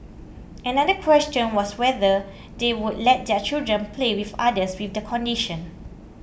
another question was whether they would let their children play with others with the condition